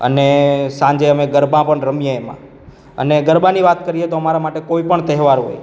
અને સાંજે અમે ગરબા પણ રમીએ એમાં અને ગરબાની વાત કરીએ તો અમારા માટે કોઈ પણ તહેવાર હોય